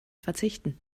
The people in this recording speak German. verzichten